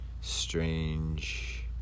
strange